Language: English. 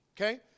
okay